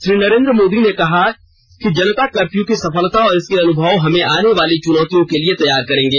श्री नरेन्द्र मोदी ने कहा जनता कर्फ़यू की सफलता और इसके अनुभव हमें आने वाली चुनौतियों के लिए तैयार करेंगे